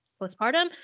postpartum